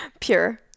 Pure